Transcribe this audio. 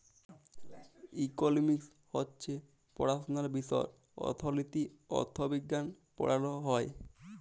economics হছে পড়াশুলার বিষয় অথ্থলিতি, অথ্থবিজ্ঞাল পড়াল হ্যয়